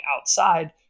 outside